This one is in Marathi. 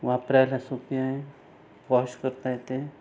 वापरायला सोपी आहे वॉश करता येते